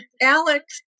Alex